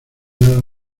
nada